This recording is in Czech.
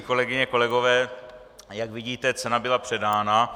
Kolegyně, kolegové, jak vidíte, cena byla předána.